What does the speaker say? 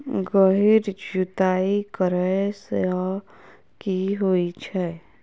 गहिर जुताई करैय सँ की होइ छै?